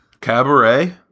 Cabaret